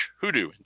Hoodoo